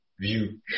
view